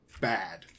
bad